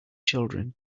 children